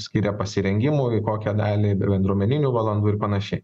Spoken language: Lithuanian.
skiria pasirengimui kokią dalį bendruomeninių valandų ir panašiai